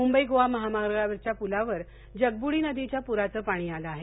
मुंबई गोवा महामार्गावरच्या पुलावर जगबुडी नदीच्या पुराचं पाणी आलं आहे